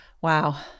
Wow